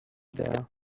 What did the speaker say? there